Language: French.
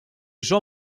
jean